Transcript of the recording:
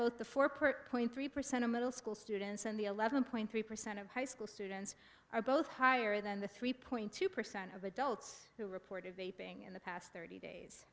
part point three percent of middle school students and the eleven point three percent of high school students are both higher than the three point two percent of adults who reported a ping in the past thirty days